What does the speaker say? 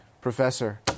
Professor